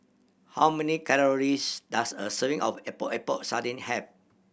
how many calories does a serving of Epok Epok Sardin have